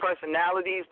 personalities